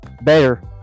better